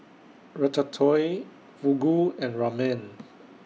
Ratatouille Fugu and Ramen